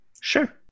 Sure